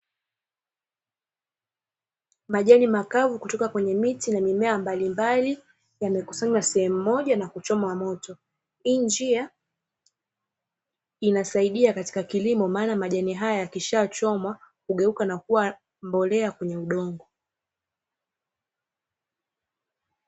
Majani makavu kutoka katika miti na mimea mbalimbali yamekusanywa sehemu moja na kuchomwa moto, hii njia inasaidia katika kilimo maana majani haya yakishachomwa hugeuka na kuwa mbolea kwenye udongo.